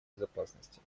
безопасности